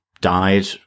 died